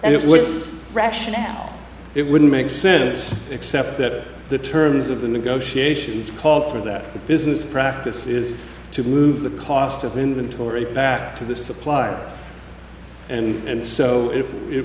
would rationale it wouldn't make sense except that the terms of the negotiations called for that the business practice is to move the cost of inventory back to the supplier and so it